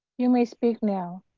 you may speak now.